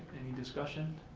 any discussion?